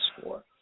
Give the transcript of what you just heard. score